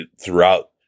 throughout